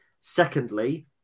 Secondly